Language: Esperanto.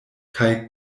kaj